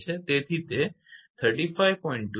તેથી 35